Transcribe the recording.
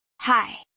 Hi